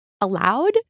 allowed